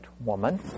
woman